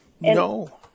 No